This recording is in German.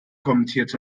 kommentiert